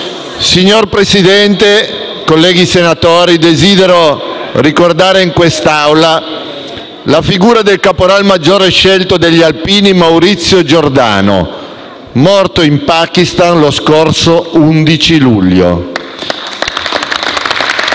Signor Presidente, colleghi senatori, desidero ricordare in questa Assemblea la figura del caporal maggiore scelto degli alpini Maurizio Giordano, morto in Pakistan lo scorso 11 luglio.